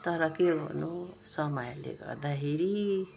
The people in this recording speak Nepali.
तर के गर्नु समयले गर्दाखेरि